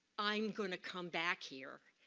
i'm going to come back here.